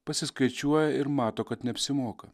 pasiskaičiuoja ir mato kad neapsimoka